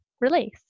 release